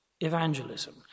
evangelism